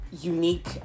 unique